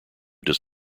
does